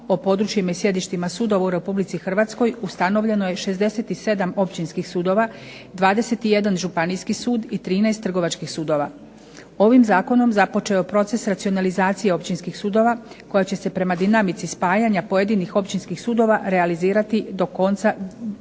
o područjima i sjedištima sudova u Republici Hrvatskoj ustanovljeno je 67 općinskih sudova, 21 županijski sud i 13 trgovačkih sudova. Ovim zakonom započeo je proces racionalizacije općinskih sudova koja će se prema dinamici spajanja pojedinih općinskih sudova realizirati do konca 2019.